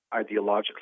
ideologically